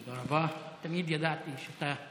תודה רבה, תמיד ידעתי שאתה